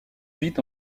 vit